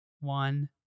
One